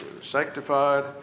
Sanctified